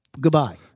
Goodbye